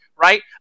Right